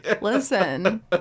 Listen